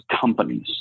companies